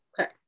Okay